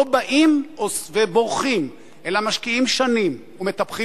לא באים ובורחים אלא משקיעים שנים ומטפחים